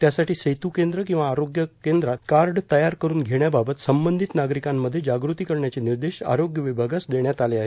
त्यासाठी सेतू केंद्र किंवा आरोग्य केंद्रात मित्रांना भेटून कार्ड तयार करून घेण्याबाबत संबंधित नागरिकांमध्ये जागृती करण्याचे निर्देश आरोग्य विभागास देण्यात आले आहे